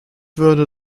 würde